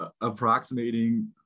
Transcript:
approximating